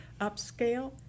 upscale